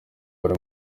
buri